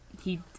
he-